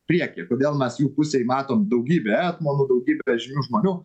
prieky ir todėl mes jų pusėj matom daugybę etmonų daugybę žymių žmonių